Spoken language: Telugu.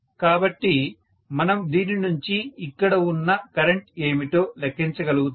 కాబట్టి మనం దీని నుంచి ఇక్కడ ఉన్న కరెంట్ ఏమిటో లెక్కించ గలుగుతాము